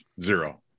zero